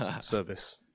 service